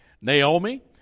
Naomi